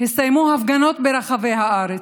הסתיימו הפגנות ברחבי הארץ.